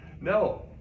no